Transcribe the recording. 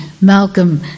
Malcolm